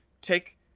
Take